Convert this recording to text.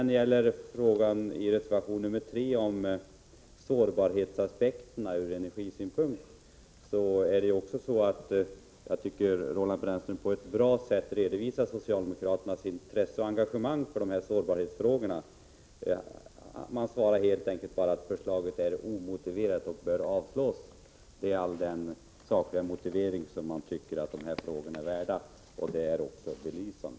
Beträffande frågan i reservation 3, om sårbarhetsaspekterna ur energisynpunkt, tycker jag att Roland Brännström på ett bra sätt redovisar socialdemokraternas intresse och engagemang för dessa sårbarhetsfrågor. Man svarar helt enkelt bara att förslaget är omotiverat och bör avslås. Det är all den sakliga motivering som man tycker att dessa frågor är värda — och det är också belysande.